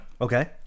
Okay